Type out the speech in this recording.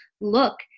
look